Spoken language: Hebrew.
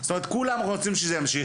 כלומר, כולם רוצים שזה ימשיך.